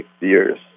years